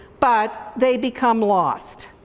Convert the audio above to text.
but they become lost.